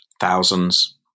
thousands